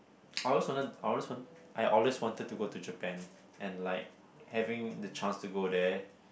I always wanted I always want I always wanted to go to Japan and like having the chance to go there